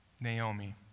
Naomi